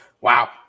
Wow